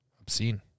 Obscene